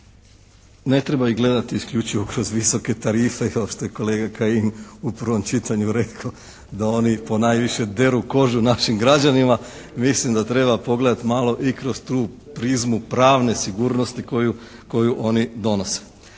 ne treba ih gledati isključivo kroz visoke tarife kao što je kolega Kajin u prvom čitanju rekao da oni ponajviše deru kožu našim građanima. Mislim da treba pogledati malo i kroz tu prizmu pravne sigurnosti koju oni donose.